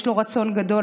יש לו רצון גדול,